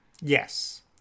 Yes